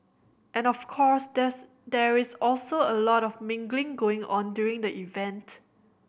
and of course there is there is also a lot of mingling going on during the event